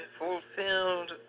fulfilled